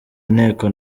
nteko